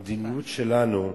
המדיניות שלנו,